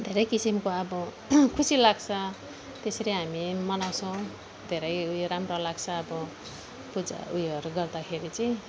धेरै किसिमको अब खुसी लाग्छ त्यसरी हामी मनाउँछौँ धेरै ऊ यो राम्रो लाग्छ अब पूजा ऊ योहरू गर्दाखेरि चाहिँ